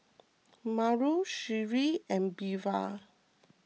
Mauro Sherree and Belva